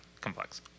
complex